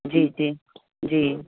जी जी जी